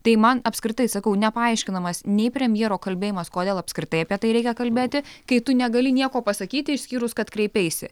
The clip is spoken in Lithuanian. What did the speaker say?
tai man apskritai sakau nepaaiškinamas nei premjero kalbėjimas kodėl apskritai apie tai reikia kalbėti kai tu negali nieko pasakyti išskyrus kad kreipeisi